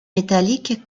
métallique